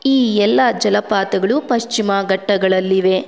ಈ ಎಲ್ಲ ಜಲಪಾತಗಳು ಪಶ್ಚಿಮ ಘಟ್ಟಗಳಲ್ಲಿವೆ